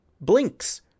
Blinks